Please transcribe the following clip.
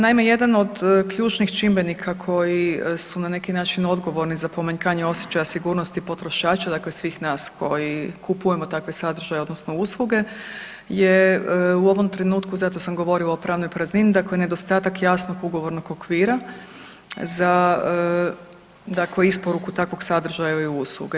Naime, jedan od ključnih čimbenika koji su na neki način odgovorni za pomanjkanje osjećaja sigurnosti potrošača, dakle svih nas koji kupujemo takve sadržaje, odnosno usluge je u ovom trenutku, zato sam govorila o pravnoj praznini, dakle nedostatak jasnog ugovornog okvira za dakle isporuku takvog sadržaja ili usluge.